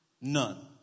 none